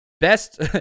best